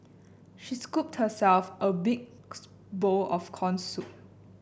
she scooped herself a big bowl of corn soup